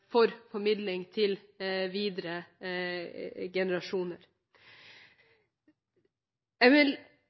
for formidling til videre generasjoner. Jeg vil